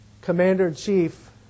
commander-in-chief